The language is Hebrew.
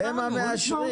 יש פה משרד הכלכלה אבל.